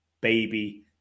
baby